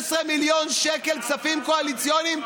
315 מיליון שקלים כספים קואליציוניים,